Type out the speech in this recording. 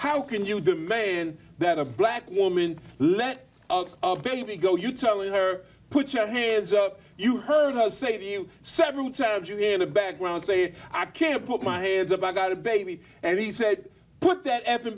how can you do that a black woman let it go you telling her put your hands up you heard her say to you several times you hear the background say i can't put my hands up i got a baby and he said put that